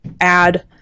add